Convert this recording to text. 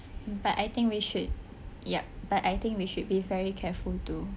but I think we should yup but I think we should be very careful to